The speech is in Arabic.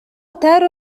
تارو